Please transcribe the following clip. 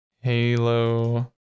Halo